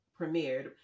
premiered